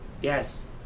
Yes